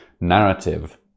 narrative